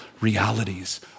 realities